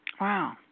Wow